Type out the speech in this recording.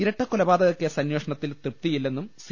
ഇരട്ടക്കൊലപാതകക്കേസ് അന്വേഷണത്തിൽ തൃപ്തിയി ല്ലെന്നും സി